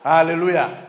Hallelujah